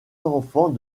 d’enfants